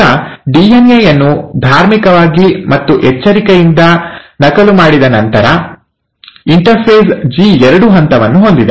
ಈಗ ಡಿಎನ್ಎ ಯನ್ನು ಧಾರ್ಮಿಕವಾಗಿ ಮತ್ತು ಎಚ್ಚರಿಕೆಯಿಂದ ನಕಲು ಮಾಡಿದ ನಂತರ ಇಂಟರ್ಫೇಸ್ ಜಿ2 ಹಂತವನ್ನು ಹೊಂದಿದೆ